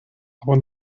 aber